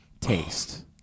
taste